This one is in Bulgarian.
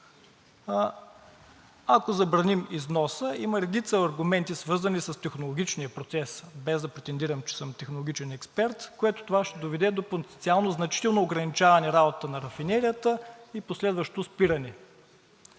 Ако забраним износа, има редица аргументи, свързани с технологичния процес, без да претендирам, че съм технологичен експерт, което ще доведе до потенциално значително ограничаване работата на рафинерията и последващо спиране.